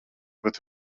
bet